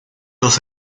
dos